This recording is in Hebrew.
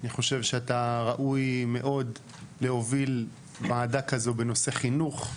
אני חושב שאתה ראוי מאוד להוביל ועדה כזו בנושא חינוך,